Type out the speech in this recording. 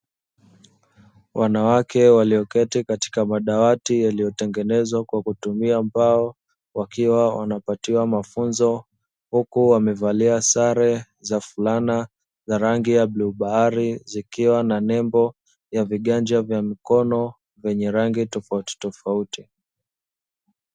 Wanawake walioketi katika madawati yaliyotengenezwa kwa kutumia mbao, wakiwa wanapatiwa mafunzo huku wamevalia sare za fulana za rangi ya bluu bahari, zikiwa na nembo ya viganja vya mkono vyenye rangi tofautitofauti.